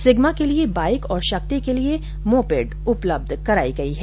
sigma के लिए bike और शक्ति को लिए मोपेड उपलब्ध कराई गई है